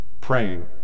praying